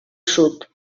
sud